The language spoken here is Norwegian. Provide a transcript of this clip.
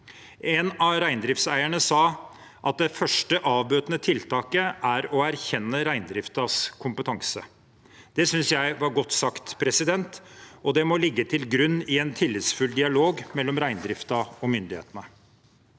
En av reindriftseierne sa at det første avbøtende tiltaket er å erkjenne reindriftens kompetanse. Det synes jeg var godt sagt, og det må ligge til grunn i en tillitsfull dialog mellom reindriften og myndighetene.